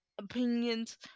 opinions